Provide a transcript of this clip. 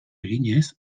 eginez